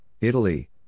Italy